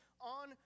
on